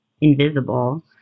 invisible